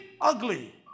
ugly